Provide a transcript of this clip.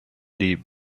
die